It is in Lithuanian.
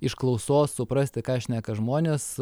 iš klausos suprasti ką šneka žmonės